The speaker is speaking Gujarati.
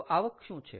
તો આવક શું છે